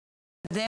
אנחנו גם מסייעים